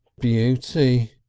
beauty!